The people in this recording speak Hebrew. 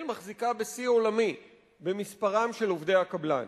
מחזיקה בשיא עולמי במספרם של עובדי הקבלן,